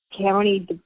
county